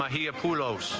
he a pullover